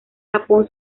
japón